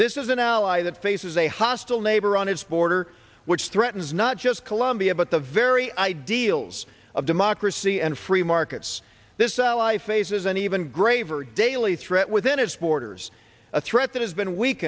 this is an ally that faces a hostile neighbor on its border which threatens not just colombia but the very ideals of democracy and free markets this ally faces an even graver daily threat within its borders a threat that has been